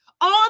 on